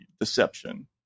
deception